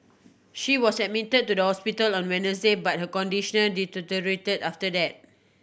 she was admit to the hospital on Wednesday but her conditioner deteriorated after that